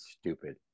stupid